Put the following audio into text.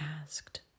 asked